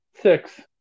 Six